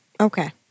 Okay